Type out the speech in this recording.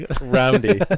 Roundy